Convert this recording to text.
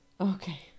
Okay